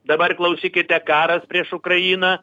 dabar klausykite karas prieš ukrainą